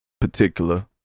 particular